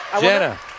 Jenna